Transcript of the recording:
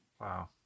Wow